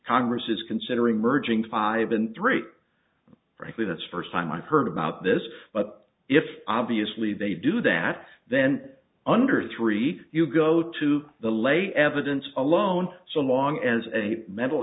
congress is considering merging five and three frankly that's first time i've heard about this but if obviously they do that then under three you go to the late evidence alone so long as a mental